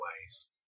ways